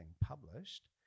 published